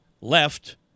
left